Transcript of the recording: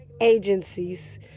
agencies